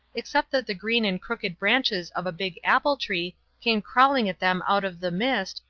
except that the green and crooked branches of a big apple-tree came crawling at them out of the mist,